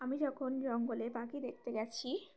আমি যখন জঙ্গলে পাখি দেখতে গিয়েছি